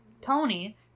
Tony